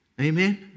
Amen